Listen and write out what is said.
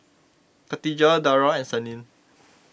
Katijah Dara and Senin